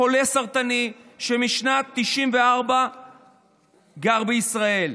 חולה סרטן, ומשנת 1994 גר בישראל.